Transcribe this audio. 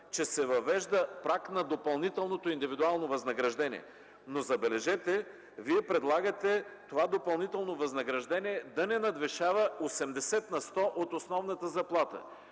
че се въвежда праг на допълнителното индивидуално възнаграждение. Забележете, Вие предлагате това допълнително възнаграждение да не надвишава 80 на сто от основната заплата,